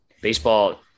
baseball